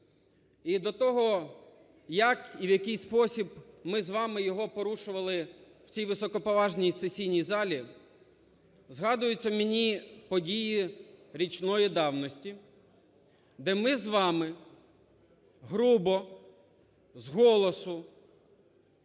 і до того, як і в який спосіб ми з вами його порушували в цій високоповажній сесійній залі, згадуються мені події річної давності, де ми з вами грубо з голосу,